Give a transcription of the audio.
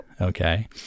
Okay